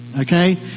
Okay